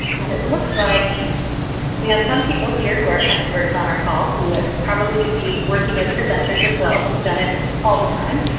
and it looks like we have some people here who are experts on our call, who probably could be working as presenters as well who have done it all the time.